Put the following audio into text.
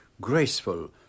Graceful